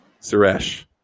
Suresh